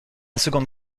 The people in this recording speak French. seconde